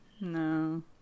No